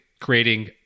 creating